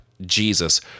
Jesus